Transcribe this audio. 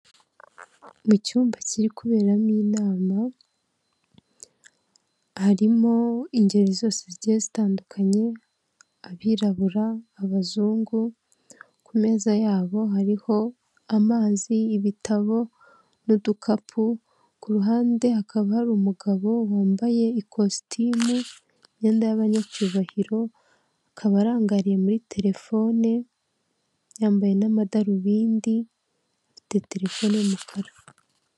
Mu cyumba kiri kuberamo inama harimo ingeri zose zigiye zitandukanye abirabura, abazungu ku meza yabo hariho amazi, ibitabo n'udukapu ku ruhande akaba hari umugabo wambaye ikositimu, imyenda y'abanyacyubahiro akaba arangaye muri telefone yambaye n'amadarubindi afite telefone y'umukara.